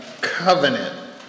covenant